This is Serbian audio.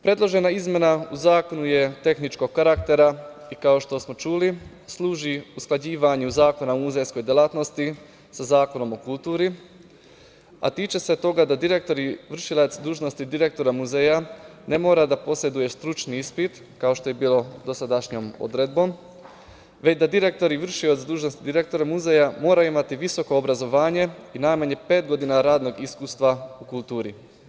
Predložena izmena u zakonu je tehničkog karaktera i kao što smo čuli, služi usklađivanju Zakona o muzejskoj delatnosti sa Zakonom o kulturi, a tiče se toga da direktor i vršilac dužnosti direktora muzeja ne mora da poseduje stručni ispit, kao što je bilo dosadašnjom odredbom, već da direktor i vršilac dužnosti direktora muzeja mora imati visoko obrazovanje i najmanje pet godina radnog iskustva u kulturi.